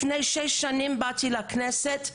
לפני שש שנים באתי לכנסת.